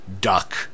duck